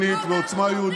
די.